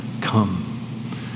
come